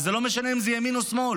וזה לא משנה אם זה ימין או שמאל.